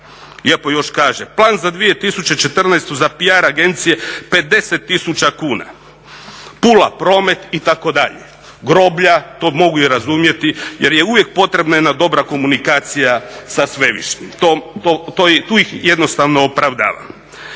Lijepo još kaže, plan za 2014. za PR agencije 50 tisuća kuna. Pula Promet itd., groblja, to mogu i razumjeti jer je uvijek potrebna jedna dobra komunikacija sa svevišnjim. Tu ih jednostavno opravdavam.